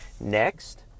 next